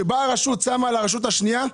באה רשות ושמה לרשות השנייה?